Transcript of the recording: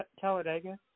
talladega